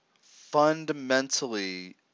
fundamentally